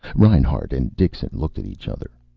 reinhart and dixon looked at each other.